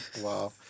Wow